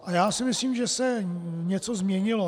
A já si myslím, že se něco změnilo.